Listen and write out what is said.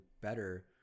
better